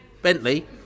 Bentley